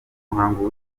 muhango